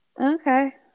Okay